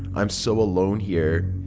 i'm so alone here.